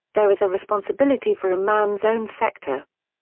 there is a responsibility for a man's own sector.